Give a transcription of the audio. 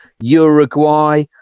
Uruguay